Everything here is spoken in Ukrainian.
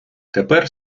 тепер